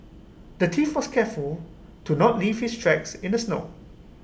the thief was careful to not leave his tracks in the snow